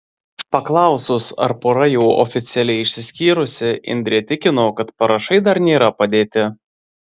paklausus ar pora jau oficialiai išsiskyrusi indrė tikino kad parašai dar nėra padėti